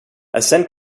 ascend